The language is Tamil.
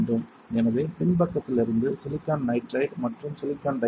எனவே பின்பக்கத்திலிருந்து சிலிக்கான் நைட்ரைடு மற்றும் சிலிக்கான் டை ஆக்சைடு